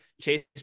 Chase